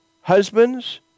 husbands